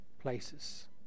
places